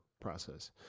process